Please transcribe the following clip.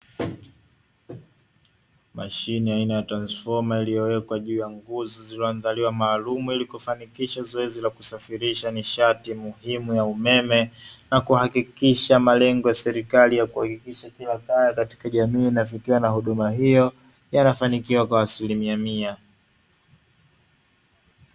Masine aina ya transifoma limewekwa juu ya nguzo ya umeme ili kusafirisha umeme